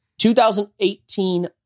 2018